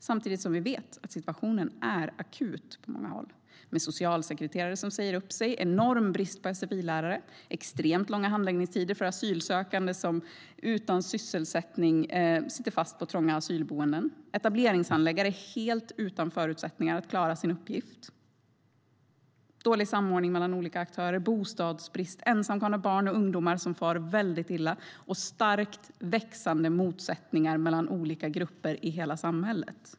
Samtidigt vet vi att situationen är akut på många håll, med socialsekreterare som säger upp sig, enorm brist på sfi-lärare, extremt långa handläggningstider för asylsökande som sitter fast utan sysselsättning på trånga asylboenden, etableringshandläggare helt utan förutsättningar att klara sin uppgift, dålig samordning mellan olika aktörer, bostadsbrist, ensamkommande barn och ungdomar som far väldigt illa och starkt växande motsättningar mellan olika grupper i hela samhället.